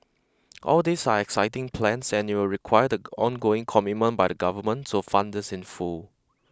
all these are exciting plans and it will require the ongoing commitment by the government to fund this in full